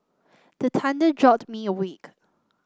the thunder jolt me awake